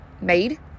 made